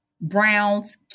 Brown's